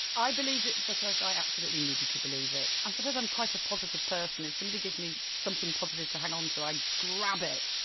i believed it because i absolutely needed to believe it. i suppose i'm quite a positive person, if somebody gives me something positive to hang on to i grab it.